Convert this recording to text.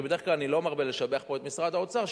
כי בדרך כלל אני לא מרבה לשבח פה את משרד האוצר,